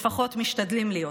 לפחות משתדלים להיות.